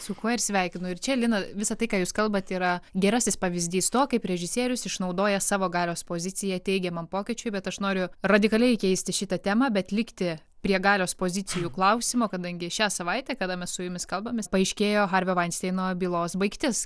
su kuo ir sveikinu ir čia lina visa tai ką jūs kalbat yra gerasis pavyzdys to kaip režisierius išnaudoja savo galios poziciją teigiamam pokyčiui bet aš noriu radikaliai keisti šitą temą bet likti prie galios pozicijų klausimo kadangi šią savaitę kada mes su jumis kalbamės paaiškėjo harvio veinsteino bylos baigtis